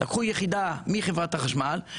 זאת יחידה מחברת החשמל,